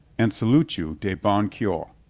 and salute you de bon cocur.